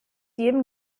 jedem